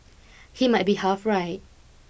he might be half right